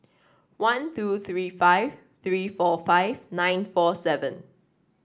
one two three five three four five nine four seven